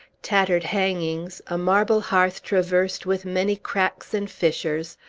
tattered hangings, a marble hearth, traversed with many cracks and fissures,